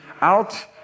out